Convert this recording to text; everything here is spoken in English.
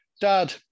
Dad